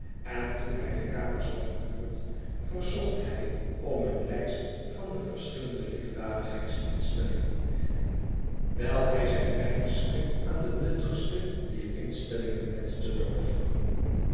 en toen hij de kamers had gehuurd verzocht hij om een lijst van de verschillende liefdadigheidsinstellingen wijl hij zijn penninkske aan de nuttigste dier instellingen wenschte te offeren